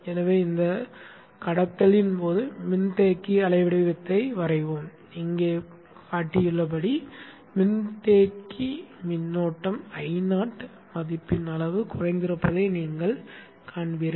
எனவே இந்தக் கடத்தலின் போது மின்தேக்கி அலை வடிவத்தை வரைவோம் இங்கே காட்டப்பட்டுள்ளபடி மின்தேக்க மின்னோட்டம் Ioன் மதிப்பின் அளவு குறைந்திருப்பதை நீங்கள் காண்பீர்கள்